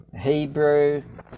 Hebrew